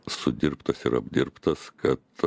sudirbtas ir apdirbtas kad